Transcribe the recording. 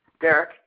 Derek